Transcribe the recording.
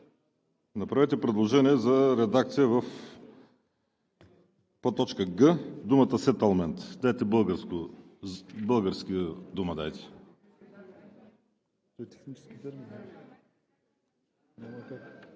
Направете предложение за редакция в подточка „г“ думата „сетълмент“. Дайте българска дума.